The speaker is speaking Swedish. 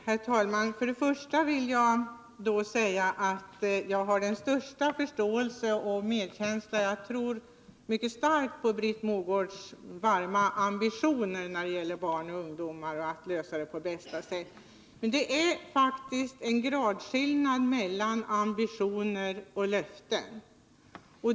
Herr talman! Först vill jag säga att jag har den största förståelse och medkänsla för Britt Mogård. Jag tror mycket starkt på hennes varma ambition när det gäller att lösa problemen för barn och ungdomar på bästa sätt. Men det är faktiskt en gradskillnad mellan ambitioner och löften.